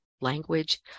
language